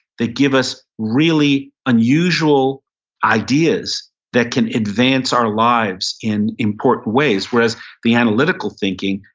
they give us really unusual ideas that can advance our lives in important ways. whereas the analytical thinking,